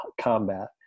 Combat